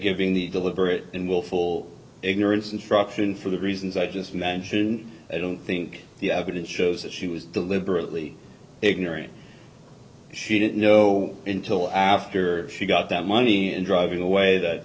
giving the deliberate and willful ignorance instruction for the reasons i just mentioned i don't think the evidence shows that she was deliberately ignoring she didn't know until after she got that money and driving away that